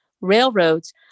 railroads